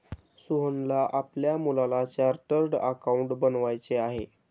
सोहनला आपल्या मुलाला चार्टर्ड अकाउंटंट बनवायचे आहे